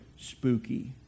spooky